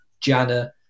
Jana